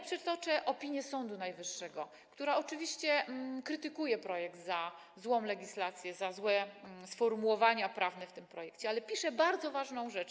Przytoczę opinię Sądu Najwyższego, który oczywiście krytykuje projekt za złą legislację, za złe sformułowania prawne w nim zawarte, ale pisze bardzo ważną rzecz: